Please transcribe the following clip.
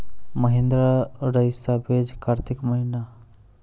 महिंद्रा रईसा बीज कार्तिक महीना?